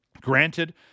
Granted